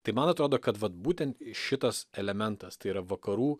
tai man atrodo kad vat būtent šitas elementas tai yra vakarų